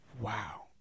Wow